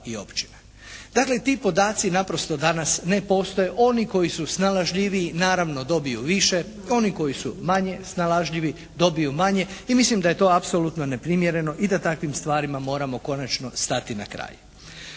Dakle ti podaci naprosto danas ne postoje. Oni koji su snalažljiviji naravno dobiju više. Oni koji su manje snalažljivi dobiju manje. I mislim da je to apsolutno neprimjereno i da takvim stvarima moramo konačno stati na kraj.